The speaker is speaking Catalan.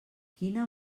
quina